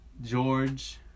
George